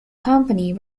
company